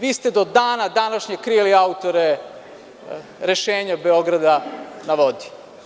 Vi ste do dana današnjeg krili autore rešenja „Beograda na vodi“